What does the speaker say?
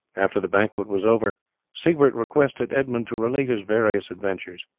after the banquet was over siegbert requested edmund to relate his various adventures.